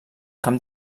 camp